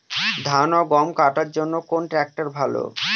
ধান ও গম কাটার জন্য কোন ট্র্যাক্টর ভালো?